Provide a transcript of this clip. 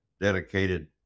dedicated